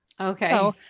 Okay